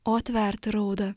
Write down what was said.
o tverti raudą